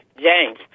James